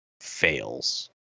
fails